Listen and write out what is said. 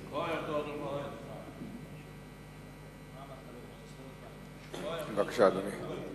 בבקשה, אדוני.